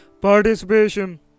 participation